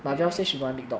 really meh